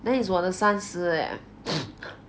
then is 我的三十 eh